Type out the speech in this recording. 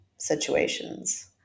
situations